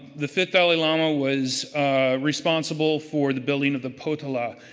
the fifth dalai lama was responsible for the building of the potala,